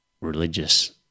religious